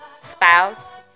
spouse